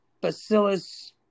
Bacillus